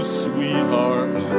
sweetheart